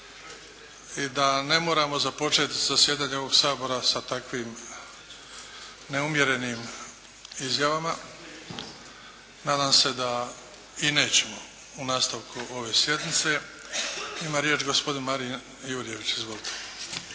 i da ne moramo započeti zasjedanje ovog Sabora sa takvim neumjerenim izjavama. Nadam se da i nećemo u nastavku ove sjednice. Ima riječ gospodin Marin Jurjević. Izvolite!